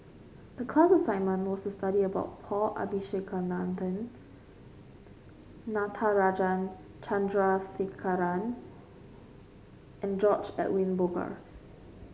the class assignment was to study about Paul Abisheganaden Natarajan Chandrasekaran and George Edwin Bogaars